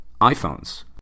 iphones